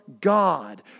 God